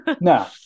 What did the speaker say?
no